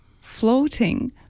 floating